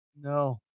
No